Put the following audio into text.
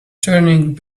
turning